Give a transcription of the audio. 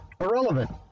irrelevant